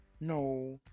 No